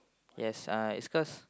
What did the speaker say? yes uh it's cause